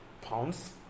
pounds